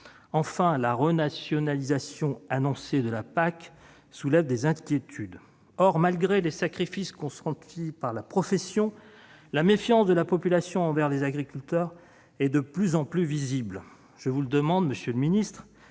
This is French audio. Enfin, la renationalisation annoncée de la PAC soulève des inquiétudes. Or, malgré les sacrifices consentis par la profession, la méfiance de la population envers les agriculteurs est de plus en plus visible. Je vous le demande : quelle est